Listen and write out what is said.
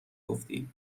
گفتی